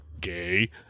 gay